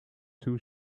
too